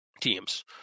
teams